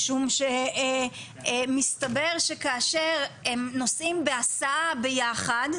משום שמסתבר שכאשר הם נוסעים בהסעה ביחד,